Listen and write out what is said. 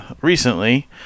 recently